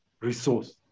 resource